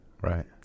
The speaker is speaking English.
Right